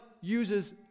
uses